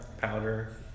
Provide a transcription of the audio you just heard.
powder